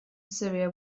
syria